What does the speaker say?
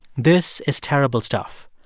this is terrible stuff.